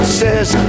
says